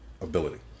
ability